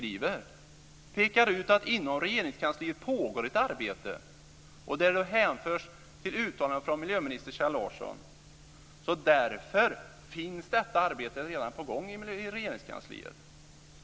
I den pekar vi ut att inom Regeringskansliet pågår ett arbete, och vi hänvisar till ett uttalande från miljöminister Kjell Larsson. Därför är detta arbete redan på gång i Regeringskansliet.